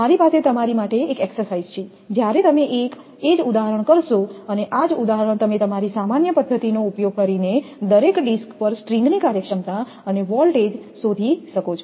મારી પાસે તમારી માટે એક એક્સરસાઇઝ છે જ્યારે તમે એ જ ઉદાહરણ કરશો આ જ ઉદાહરણ તમે તમારી સામાન્ય પદ્ધતિનો ઉપયોગ કરીને દરેક ડિસ્ક પર સ્ટ્રિંગની કાર્યક્ષમતા અને વોલ્ટેજ શોધી શકો છો